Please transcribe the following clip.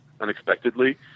unexpectedly